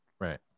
Right